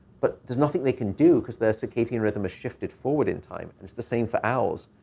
but there's nothing they can do because their circadian rhythm has shifted forward in time. and it's the same for owls.